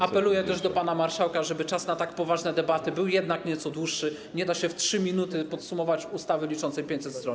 Apeluję też do pana marszałka, żeby czas na tak poważne debaty był jednak nieco dłuższy, nie da się w ciągu 3 minut podsumować ustawy liczącej 500 stron.